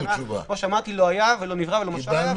כמו שאמרתי, לא היה ולא נברא ולא משל היה.